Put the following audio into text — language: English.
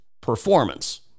performance